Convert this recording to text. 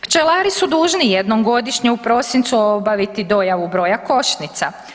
Pčelari su dužni jednom godišnje u prosincu obaviti dojavu broja košnica.